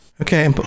okay